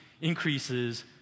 increases